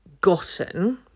gotten